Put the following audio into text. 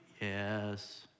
Yes